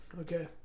okay